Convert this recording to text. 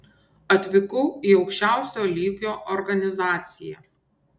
atvykau į aukščiausio lygio organizaciją